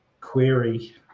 query